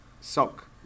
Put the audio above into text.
sock